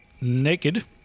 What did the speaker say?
naked